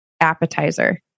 appetizer